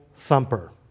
Thumper